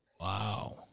Wow